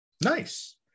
Nice